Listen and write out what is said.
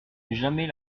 jamais